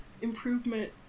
improvement